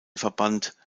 verband